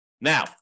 Now